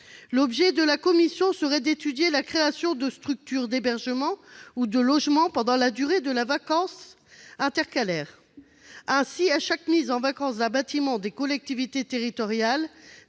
de cette commission serait d'étudier la création de structures d'hébergement ou de logements pendant la durée de la vacance intercalaire. Ainsi, chaque mise en vacance d'un bâtiment appartenant à des collectivités territoriales,